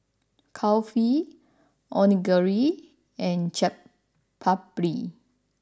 Kulfi Onigiri and Chaat Papri